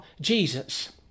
Jesus